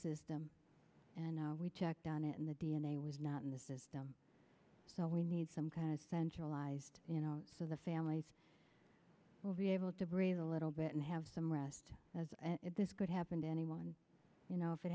system and we checked on it and the d n a was not in the system so we need some kind of centralized you know so the families will be able to breathe a little bit and have some rest as if this could happen to anyone you know if it